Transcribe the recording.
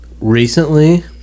Recently